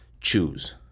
Choose